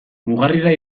mugarrira